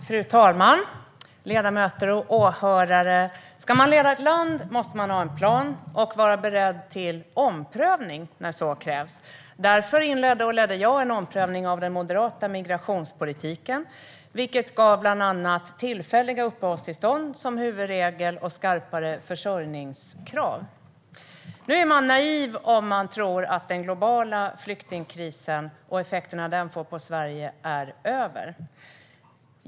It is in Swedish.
Fru talman, ledamöter och åhörare! Ska man leda ett land måste man ha en plan och vara beredd till omprövning när så krävs. Därför inledde jag en omprövning av den moderata migrationspolitiken, vilket innebär bland annat tillfälliga uppehållstillstånd som huvudregel och skarpare försörjningskrav. Man är naiv om man tror att den globala flyktingkrisen och effekterna av den för Sverige är över.